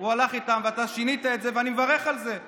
הוא הלך איתם ואתה שינית את זה, ואני מברך על זה.